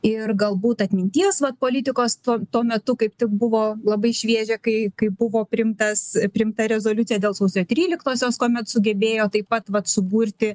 ir galbūt atminties vat politikos to tuo metu kaip tik buvo labai šviežia kai kai buvo priimtas priimta rezoliucija dėl sausio tryliktosios kuomet sugebėjo taip pat vat suburti